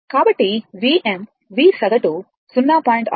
కాబట్టిVm V సగటు 0